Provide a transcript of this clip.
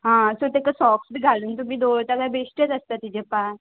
हां सो ताका सॉक्स बी घालून तुमी दवरता जाल्यार बेश्टेच आसता तिजे पांय